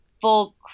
full